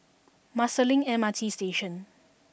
Marsiling M R T Station